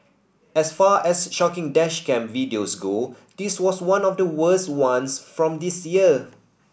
as far as shocking dash cam videos go this was one of the worst ones from this year